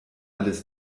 alles